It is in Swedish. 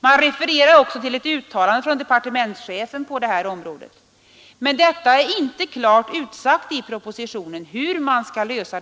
Man refererar också till ett uttalande av departementschefen på detta område, men det är inte klart utsagt i propositionen hur dessa frågor skall lösas.